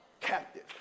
Captive